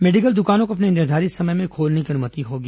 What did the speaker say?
medical दुकानों को अपने निर्धारित समय में खोलने की अनुमति होगी